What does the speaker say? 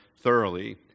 thoroughly